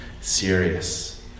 Serious